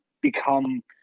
become